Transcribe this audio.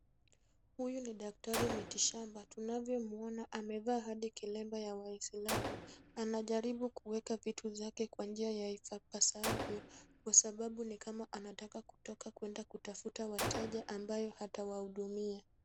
Huyu ni daktari miti shamba, tunavyomuona amevaa kilemba ya waislamu. Anajaribu kuweka vitu vyake kwa njia ya ipasavyo kwa sababu ni kama anataka kutoka kwenda kutoka kwenda kutafuta wateja ambao atawahudumia.